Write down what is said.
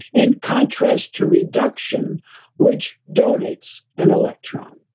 in contrast to reduction which donates an electron.